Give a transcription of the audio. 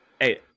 hey